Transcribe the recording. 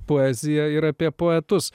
poeziją ir apie poetus